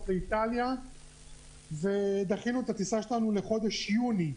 לאיטליה ודחינו את הטיסה שלנו לחודש יולי.